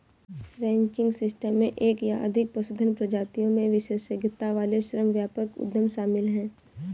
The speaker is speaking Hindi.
रैंचिंग सिस्टम में एक या अधिक पशुधन प्रजातियों में विशेषज्ञता वाले श्रम व्यापक उद्यम शामिल हैं